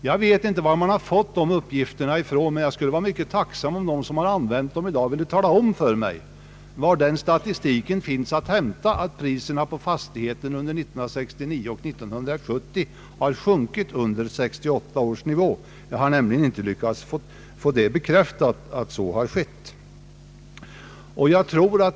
Jag vet inte varifrån man har fått dessa uppgifter, men jag skulle vara mycket tacksam om de som har använt dem i dag vill tala om för mig varifrån man hämtat statistik som visar att priserna på fastigheter under 1969 och 1970 har sjunkit under 1968 års nivå. Jag har nämligen inte lyckats få bekräftat att så har skett.